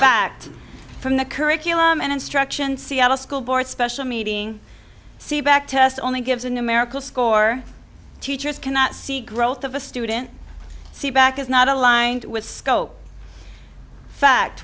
fact from the curriculum and instruction seattle school board special meeting c back test only gives a numerical score teachers cannot see growth of a student c back is not aligned with scope fact